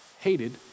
hated